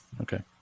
Okay